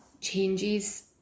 changes